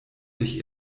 sich